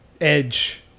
edge